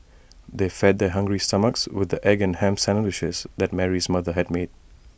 they fed their hungry stomachs with the egg and Ham Sandwiches that Mary's mother had made